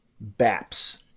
BAPS